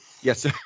yes